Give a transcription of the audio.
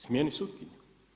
Smijeniti sutkinju?